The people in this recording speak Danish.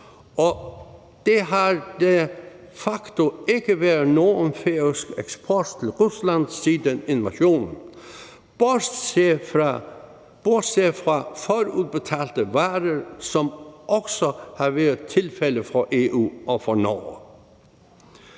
og der har de facto ikke været nogen færøsk eksport til Rusland siden invasionen – bortset fra forudbetalte varer, hvilket også har været tilfældet for EU og for Norge.